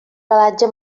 pelatge